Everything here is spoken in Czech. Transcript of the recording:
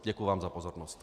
Děkuji vám za pozornost.